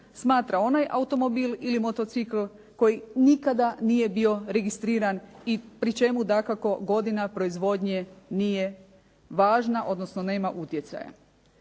smatra onaj automobil ili motocikl koji nikada nije bio registriran i pri čemu dakako godina proizvodnje nije važna, odnosno nema utjecaja.